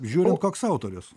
žiūrint koks autorius